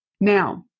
Now